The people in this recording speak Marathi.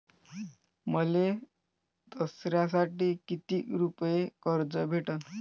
मले दसऱ्यासाठी कितीक रुपये कर्ज भेटन?